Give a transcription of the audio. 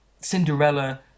Cinderella